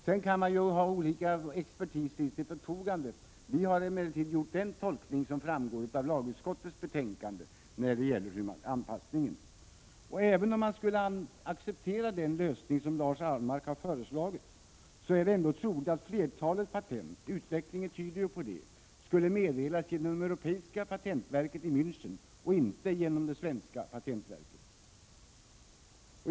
Sedan kan man ju ha olika expertis till sitt förfogande. Lagutskottet har emellertid när det gäller anpassningen gjort den tolkning som framgår av utskottets betänkande. Även om man skulle acceptera den lösning som Lars Ahlmark har föreslagit, är det ändå troligt att flertalet patent — utvecklingen tyder på det — skulle meddelas genom det europeiska patentverket i Mänchen och inte genom det svenska patentverket.